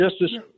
Justice